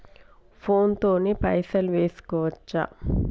Phone తోని పైసలు వేసుకోవచ్చా?